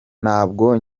ntabwo